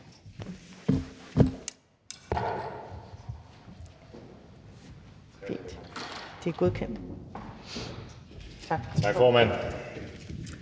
gøre for at komme